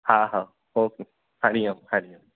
हा हा ओके हरी ओम हरी ओम